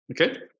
Okay